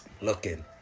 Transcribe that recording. Looking